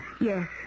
Yes